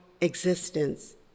existence